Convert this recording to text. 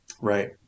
Right